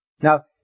Now